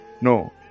no